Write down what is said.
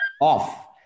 off